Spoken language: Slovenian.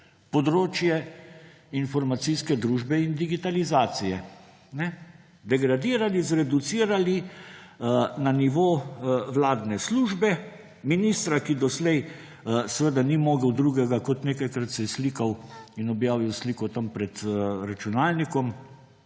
področje informacijske družbe in digitalizacije. Degradirali, zreducirali na nivo vladne službe, ministra, ki doslej ni mogel drugega kot nekajkrat se slikal in objavil sliko tam pred računalnikom